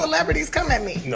celebrities come at me. no.